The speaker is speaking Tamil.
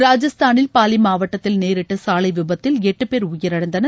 ராஜஸ்தானில் பாலி மாவட்டத்தில் நேரிட்ட சாலை விபத்தில் எட்டு பேர் உயிரிழந்தனர்